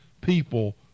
people